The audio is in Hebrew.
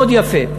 מאוד יפה.